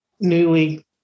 newly